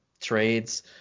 trades